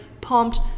pumped